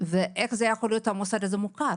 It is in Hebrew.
איך יכול להיות המוסד הזה מוכר?